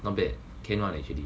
not bad came out actually